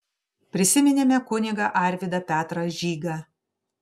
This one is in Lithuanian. prisiminėme kunigą arvydą petrą žygą